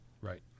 Right